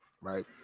right